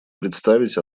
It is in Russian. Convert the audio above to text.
представить